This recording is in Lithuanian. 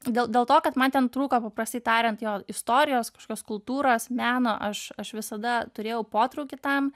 dėl dėl to kad man ten trūko paprastai tariant jo istorijos kažkokios kultūros meno aš aš visada turėjau potraukį tam